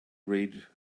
read